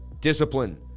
Discipline